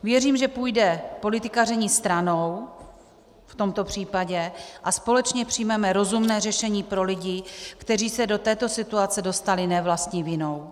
Věřím, že půjde politikaření stranou v tomto případě a společně přijmeme rozumné řešení pro lidi, kteří se do této situace dostali ne vlastní vinou.